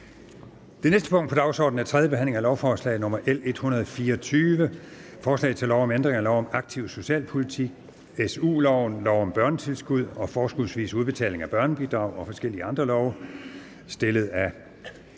Det næste punkt på dagsordenen er: 8) 3. behandling af lovforslag nr. L 224: Forslag til lov om ændring af lov om aktiv socialpolitik, SU-loven, lov om børnetilskud og forskudsvis udbetaling af børnebidrag og forskellige andre love. (Reform af